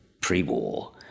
pre-war